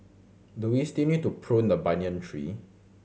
do we still need to prune the banyan tree